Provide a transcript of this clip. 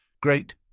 Great